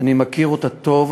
ואני מכיר אותה טוב,